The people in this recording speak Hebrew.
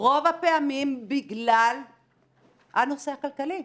רוב הפעמים בגלל הנושא הכלכלי,